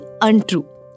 untrue